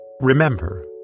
Remember